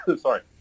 Sorry